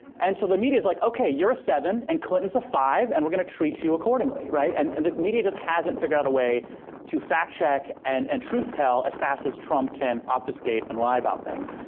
and so the media's like, okay, you're a seven and clinton's a five and we're gonna treat you accordingly, right? and and the media just hasn't figured out a way to fact check and and truth tell as fast as trump can obfuscate and lie about things.